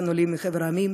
מחבר המדינות,